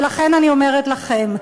ולכן אני אומרת לכם,